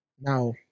Now